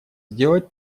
сделать